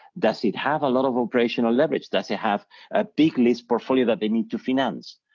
does it have a lot of operational leverage? does it have a big list portfolio that they need to finance?